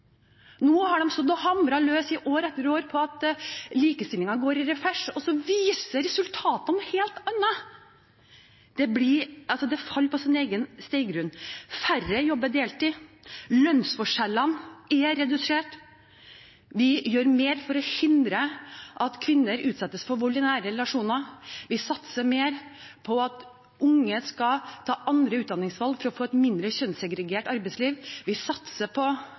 Nå har de i år etter år stått og hamret løs om at likestillingen går i revers, og så viser resultatene noe helt annet, det faller altså på steingrunn: Færre jobber deltid. Lønnsforskjellene er redusert. Vi gjør mer for å hindre at kvinner utsettes for vold i nære relasjoner. Vi satser mer på at unge skal ta andre utdanningsvalg, for å få et mindre kjønnssegregert arbeidsliv. Vi satser på